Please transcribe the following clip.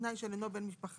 התנאי שהוא אינו בן משפחה